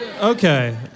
Okay